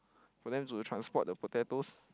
for them to transport the potatoes